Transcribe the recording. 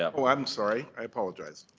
um i'm sorry, i apologize.